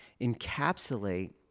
encapsulate